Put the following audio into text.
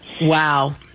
Wow